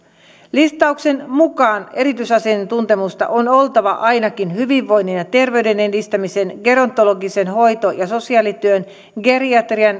listauksen mukaan erityisasiantuntemusta on oltava ainakin hyvinvoinnin ja terveyden edistämisen gerontologisen hoito ja sosiaalityön geriatrian